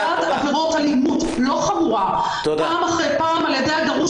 שנפגעת עבירות אלימות לא חמורה פעם אחר פעם על ידי הגרוש